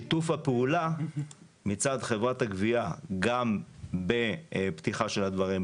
שיתוף הפעולה מצד חברת הגבייה גם בפתיחה של הדברים,